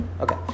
Okay